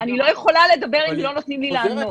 אני לא יכולה לדבר, אם לא נותנים לי לענות.